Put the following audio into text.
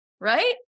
right